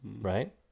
right